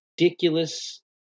ridiculous